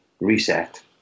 Reset